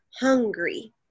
hungry